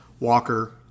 Walker